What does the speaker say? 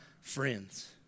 friends